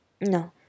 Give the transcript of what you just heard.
no